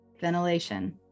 ventilation